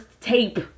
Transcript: tape